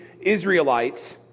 Israelites